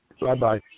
Bye-bye